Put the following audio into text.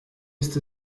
ist